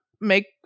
make